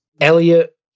Elliot